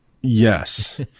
Yes